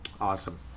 Awesome